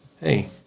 hey